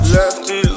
Lefty